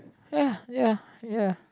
ya ya ya